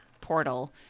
portal